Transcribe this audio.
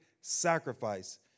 sacrifice